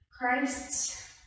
Christ